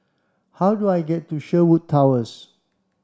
how do I get to Sherwood Towers